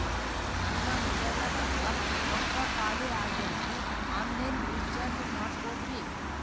ನನ್ನ ಮೊಬೈಲದಾಗ ರೊಕ್ಕ ಖಾಲಿ ಆಗ್ಯದ್ರಿ ಆನ್ ಲೈನ್ ರೀಚಾರ್ಜ್ ಮಾಡಸ್ಬೋದ್ರಿ?